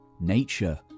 nature